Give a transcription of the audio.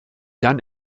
dann